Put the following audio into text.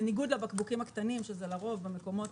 בניגוד לבקבוקים הקטנים שזה לרוב במקומות